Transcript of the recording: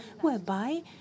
whereby